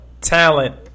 talent